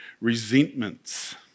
resentments